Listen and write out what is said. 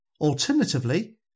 Alternatively